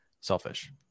selfish